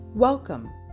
Welcome